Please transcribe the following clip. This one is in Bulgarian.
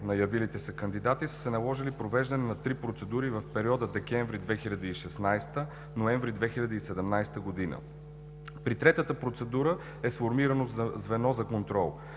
на явилите се кандидати се е наложило провеждане на три процедури в периода декември 2016 г. – ноември 2017 г. При третата процедура е сформирано звено за контрол,